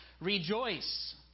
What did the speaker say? Rejoice